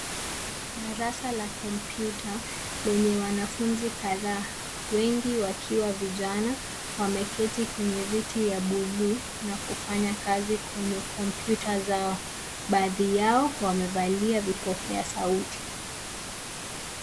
Darasa la kompyuta, lenye wanafunzi kadhaa, wengi wakiwa vijana, wameketi kwenye viti ya bluu, na kufanya kazi kwenye kompyuta zao. Baadhi yao, wamevalia vipokea sauti.